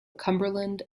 cumberland